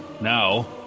Now